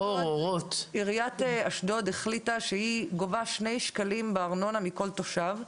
עיריית אשדוד החליטה שהיא גובה שני שקלים בארנונה מכל תושב,